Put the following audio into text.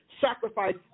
sacrifice